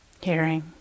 hearing